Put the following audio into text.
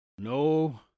No